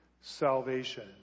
salvation